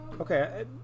okay